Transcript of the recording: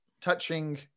touching